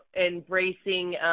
embracing